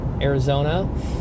arizona